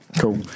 Cool